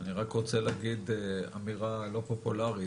אני רק רוצה להגיד אמירה לא פופולארית.